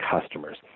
customers